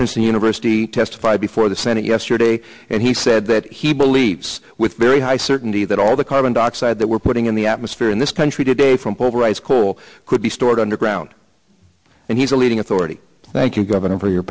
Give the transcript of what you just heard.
princeton university testify before the senate yesterday and he said that he believes with very high certainty that all the carbon dioxide that we're putting in the atmosphere in this country today from overwrites coal could be stored underground and he's a leading authority thank you governor for your